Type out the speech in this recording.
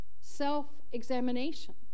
self-examination